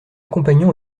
compagnons